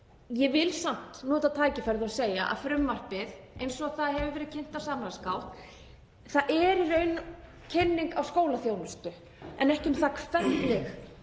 Ég vil samt nota tækifærið og segja að frumvarpið, eins og það hefur verið kynnt á samráðsgátt, er í raun kynning á skólaþjónustu en ekki um það hvernig